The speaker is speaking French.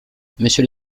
monsieur